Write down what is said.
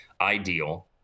ideal